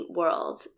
world